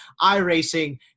iRacing